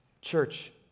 Church